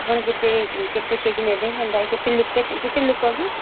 ଆପଣ କେତେ କେତେ କେଜି ନେବେ କେନ୍ତା କେତେ ଲୋକ୍କେ କେତେ ଲୋକ୍ କି